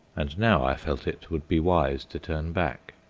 and now i felt it would be wise to turn back.